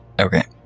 Okay